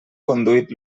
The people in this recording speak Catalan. conduït